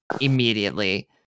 immediately